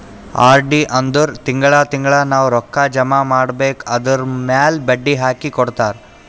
RD ಅಂದುರ್ ತಿಂಗಳಾ ತಿಂಗಳಾ ನಾವ್ ರೊಕ್ಕಾ ಜಮಾ ಮಾಡ್ಬೇಕ್ ಅದುರ್ಮ್ಯಾಲ್ ಬಡ್ಡಿ ಹಾಕಿ ಕೊಡ್ತಾರ್